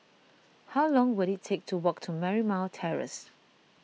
how long will it take to walk to Marymount Terrace